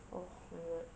oh my god